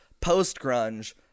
post-grunge